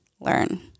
learn